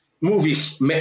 movies